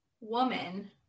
woman